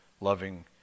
Loving